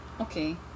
Okay